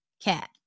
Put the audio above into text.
Cat